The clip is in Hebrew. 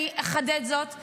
אני אחדד זאת -- מושחת.